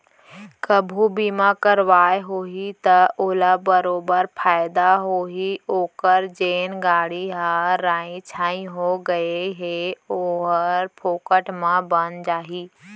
कभू बीमा करवाए होही त ओला बरोबर फायदा होही ओकर जेन गाड़ी ह राइ छाई हो गए हे ओहर फोकट म बन जाही